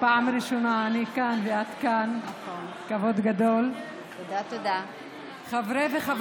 של חברת הכנסת אימאן ח'טיב יאסין וקבוצת חברי הכנסת,